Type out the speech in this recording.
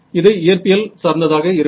இது இயற்பியல் சார்ந்ததாக இருக்கும்